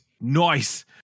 Nice